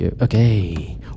Okay